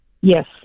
Yes